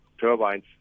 turbines